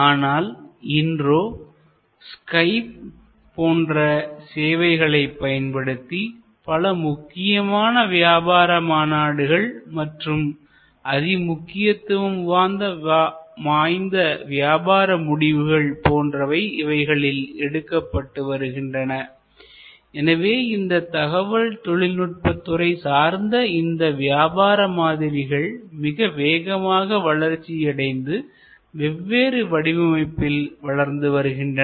ஆனால் இன்றோ ஸ்கைப் போன்ற சேவைகளை பயன்படுத்தி பல முக்கியமான வியாபார மாநாடுகள் மற்றும் அதி முக்கியத்துவம் வாய்ந்த வியாபார முடிவுகள் போன்றவை இவைகளில் எடுக்கப்பட்டு வருகின்றன எனவே இந்த தகவல் தொழில்நுட்பத் துறை சார்ந்த இந்த வியாபார மாதிரிகள் மிக வேகமாக வளர்ச்சி அடைந்து வெவ்வேறு வடிவமைப்பில் வளர்ந்து வருகின்றன